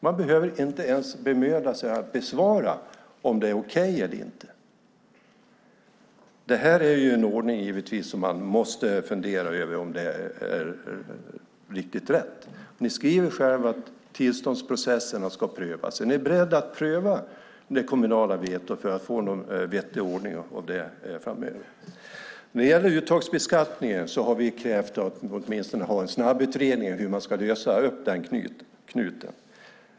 Man behöver inte ens bemöda sig att svara om det är okej eller inte. Man måste givetvis fundera över om det här är en ordning som är riktigt rätt. Ni skriver själva att tillståndsprocesserna ska prövas. Är ni beredda att pröva det kommunala vetot för att få någon vettig ordning framöver? När det gäller uttagsbeskattningen har vi krävt att det åtminstone ska göras en snabbutredning av hur man ska lösa upp den knuten.